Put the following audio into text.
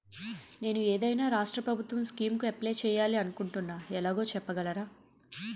నేను ఏదైనా రాష్ట్రం ప్రభుత్వం స్కీం కు అప్లై చేయాలి అనుకుంటున్నా ఎలాగో చెప్పగలరా?